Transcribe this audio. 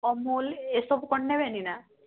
ଅମୁଲ ଏସବୁ କ'ଣ ନେବେନି ନା